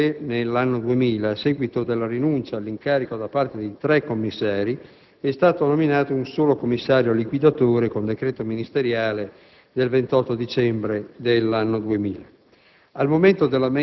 Successivamente, nel 2000, a seguito della rinuncia all'incarico da parte dei tre commissari, è stato nominato un solo commissario liquidatore con decreto ministeriale del 28 dicembre 2000.